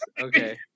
Okay